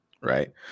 right